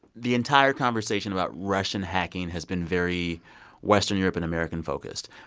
the entire conversation about russian hacking has been very western europe and american focused.